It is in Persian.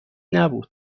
نبود